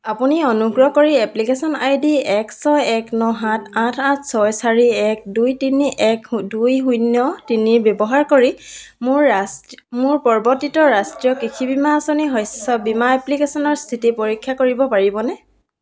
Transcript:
আপুনি অনুগ্ৰহ কৰি এপ্লিকেশ্যন আই ডি এক ছয় এক ন সাত আঠ আঠ ছয় চাৰি এক দুই তিনি এক দুই শূন্য তিনি ব্যৱহাৰ কৰি মোৰ পৰিৱৰ্তিত ৰাষ্ট্ৰীয় কৃষি বীমা আঁচনি শস্য বীমা এপ্লিকেশ্যনৰ স্থিতি পৰীক্ষা কৰিব পাৰিবনে